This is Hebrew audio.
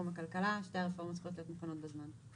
הכלכלה שתי הרפורמות צריכות להיות מוכנות בזמן.